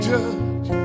Judge